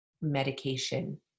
medication